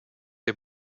der